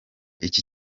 iki